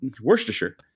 Worcestershire